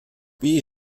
wie